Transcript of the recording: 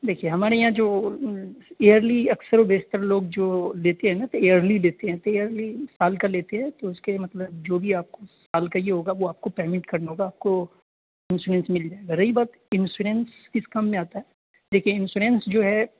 دیکھیے ہمارے یہاں جو ائیرلی اکثر و بیشتر لوگ جو لیتے ہیں نا تو ایئرلی لیتے ہیں تو ائیرلی سال کا لیتے ہیں تو اس کے مطلب جو بھی آپ کو سال کا ہی ہوگا وہ آپ کو پیمنٹ کرنا ہوگا آپ کو انشورینس مل جائے گا رہی بات انشورینس کس کام میں آتا ہے دیکھیے انشورینس جو ہے